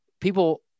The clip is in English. people